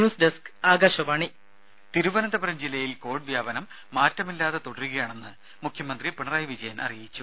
news desk Akashvani ദേദ തിരുവനന്തപുരം ജില്ലയിൽ Covid വ്യാപനം മാറ്റമില്ലാതെ തുടരുകയാണെന്ന് മുഖ്യമന്ത്രി പിണറായി വിജയൻ അറിയിച്ചു